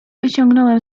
wyciągnąłem